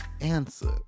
answer